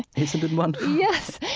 isn't it wonderful? yes.